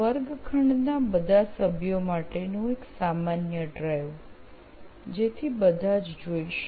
વર્ગખંડના બધા સભ્યો માટેનું એક સામાન્ય ડ્રાઈવ જેથી બધા જ જોઈ શકે